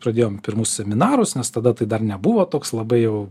pradėjom pirmus seminarus nes tada tai dar nebuvo toks labai jau